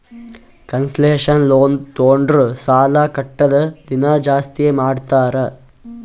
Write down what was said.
concessional loan ತೊಂಡುರ್ ಸಾಲಾ ಕಟ್ಟದ್ ದಿನಾ ಜಾಸ್ತಿ ಮಾಡ್ತಾರ್